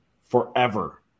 forever